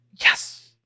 Yes